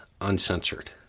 uncensored